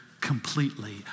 completely